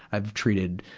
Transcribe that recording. i've treated,